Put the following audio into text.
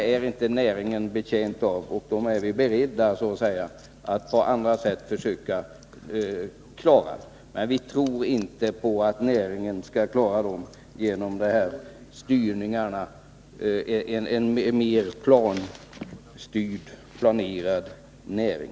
Näringen är inte betjänt av sådana etableringar, och vi är beredda att försöka klara det problemet på andra sätt. Men vi tror inte att näringen mår bra av mer planstyrning.